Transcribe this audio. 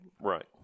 Right